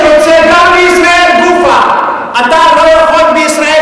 אז למה הוא לא התייצב לדין?